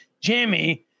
Jimmy